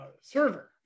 server